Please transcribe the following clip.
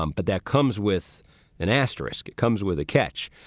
um but that comes with an asterisk. it comes with a catch.